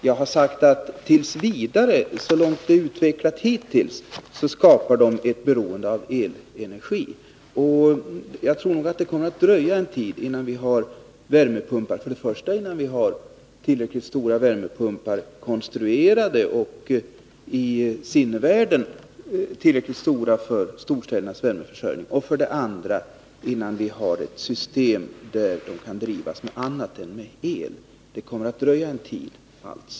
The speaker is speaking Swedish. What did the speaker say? Jag har sagt att så långt systemet är utvecklat hittills skapar värmepumpar ett beroende av elenergi, och jag tror att det kommer att dröja en tid innan vi för det första har tillräckligt stora värmepumpar konstruerade i sinnevärlden för att klara storstädernas värmeförsörjning, för det andra har ett system som kan drivas med annat än el.